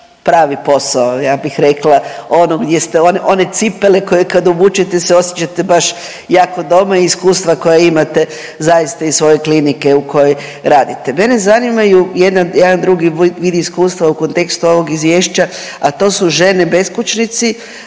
pravi posao ja bih rekla, ono gdje ste one cipele koje kad obučete se osjećate baš jako doma i iskustva koja imate zaista iz svoje klinike u kojoj radite. Mene zanimaju jedan drugi vid iskustva u kontekstu ovog izvješća, a to su žene beskućnici,